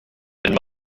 and